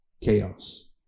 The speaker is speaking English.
chaos